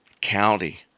county